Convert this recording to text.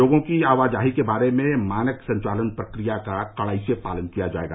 लोगों की आवाजाही के बारे में मानक संचालन प्रक्रिया का कड़ाई से पालन किया जाएगा